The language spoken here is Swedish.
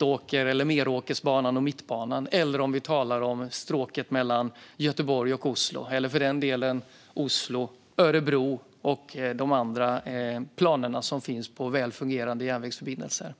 om Meråkers och Mittbanan, stråket mellan Göteborg och Oslo eller för den delen Oslo-Örebro och de andra planerna som finns på väl fungerande järnvägsförbindelser.